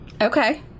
Okay